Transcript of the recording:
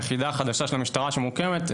היחידה החדשה של המשטרה שמוקמת,